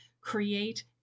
create